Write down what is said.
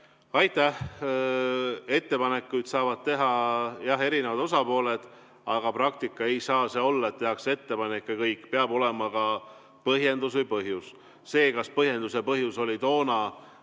Aitäh! Ettepanekuid saavad teha eri osapooled. Aga praktika ei saa olla selline, et tehakse ettepanek ja kõik. Peab olema ka põhjendus või põhjus. Kas põhjendus ja põhjus oli toona